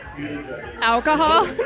Alcohol